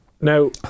Now